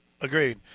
agreed